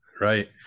Right